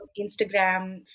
Instagram